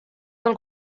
del